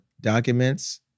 documents